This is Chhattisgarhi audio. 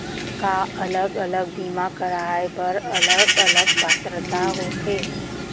का अलग अलग बीमा कराय बर अलग अलग पात्रता होथे?